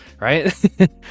right